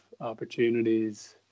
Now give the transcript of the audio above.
opportunities